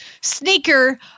sneaker